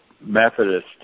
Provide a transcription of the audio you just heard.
Methodist